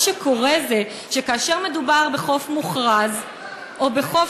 מה שקורה זה שכאשר מדובר בחוף מוכרז או בחוף